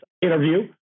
interview